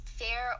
fair